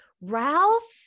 Ralph